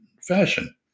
fashion